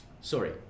sorry